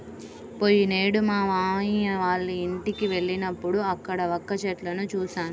పోయినేడు మా మావయ్య వాళ్ళింటికి వెళ్ళినప్పుడు అక్కడ వక్క చెట్లను చూశాను